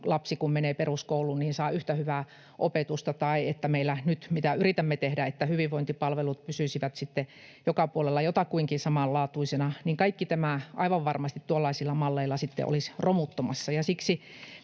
lapsi, kun menee peruskouluun, saa yhtä hyvää opetusta tai että meillä — mitä nyt yritämme tehdä — hyvinvointipalvelut pysyisivät sitten joka puolella jotakuinkin samanlaatuisina. Kaikki tämä aivan varmasti tuollaisilla malleilla sitten olisi romuttumassa.